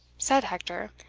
said hector,